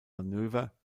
manöver